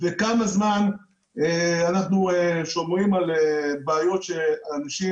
וכמה זמן אנחנו שומרים על בעיות שאנשים